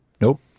nope